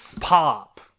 Pop